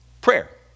Prayer